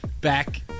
Back